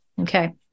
Okay